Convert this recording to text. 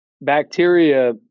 bacteria